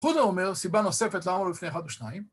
חודו אומר סיבה נוספת לעמוד לפני אחד ושניים.